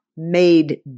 made